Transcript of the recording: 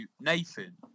Nathan